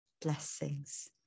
blessings